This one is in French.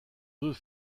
deux